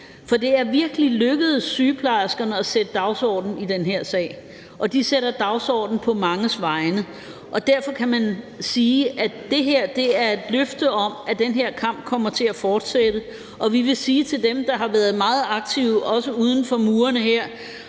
for det er virkelig lykkedes sygeplejerskerne at sætte dagsorden i den her sag, og de sætter dagsorden på manges vegne, og derfor kan man sige, at det her er et løfte om, at den her kamp kommer til at fortsætte. Og vi vil sige til dem, der har været meget aktive også uden for murene her: